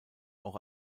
auch